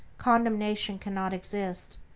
condemnation cannot exist,